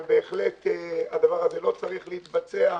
אבל בהחלט הדבר הזה לא צריך להתבצע.